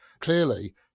clearly